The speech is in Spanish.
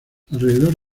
alrededor